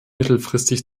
mittelfristig